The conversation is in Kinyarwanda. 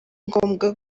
ngombwa